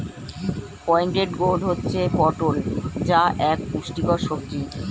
pointed gourd হচ্ছে পটল যা এক পুষ্টিকর সবজি